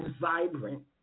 vibrant